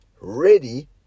ready